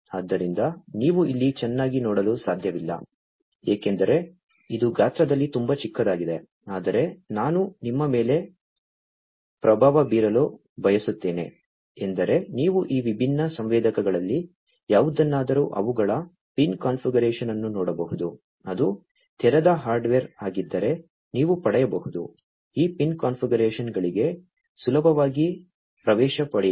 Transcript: ಆದ್ದರಿಂದ ನೀವು ಇಲ್ಲಿ ಚೆನ್ನಾಗಿ ನೋಡಲು ಸಾಧ್ಯವಿಲ್ಲ ಏಕೆಂದರೆ ಇದು ಗಾತ್ರದಲ್ಲಿ ತುಂಬಾ ಚಿಕ್ಕದಾಗಿದೆ ಆದರೆ ನಾನು ನಿಮ್ಮ ಮೇಲೆ ಪ್ರಭಾವ ಬೀರಲು ಬಯಸುತ್ತೇನೆ ಎಂದರೆ ನೀವು ಈ ವಿಭಿನ್ನ ಸಂವೇದಕಗಳಲ್ಲಿ ಯಾವುದನ್ನಾದರೂ ಅವುಗಳ ಪಿನ್ ಕಾನ್ಫಿಗರೇಶನ್ ಅನ್ನು ನೋಡಬಹುದು ಅದು ತೆರೆದ ಹಾರ್ಡ್ವೇರ್ ಆಗಿದ್ದರೆ ನೀವು ಪಡೆಯಬಹುದು ಈ ಪಿನ್ ಕಾನ್ಫಿಗರೇಶನ್ಗಳಿಗೆ ಸುಲಭವಾಗಿ ಪ್ರವೇಶ ಪಡೆಯಿರಿ